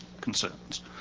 concerns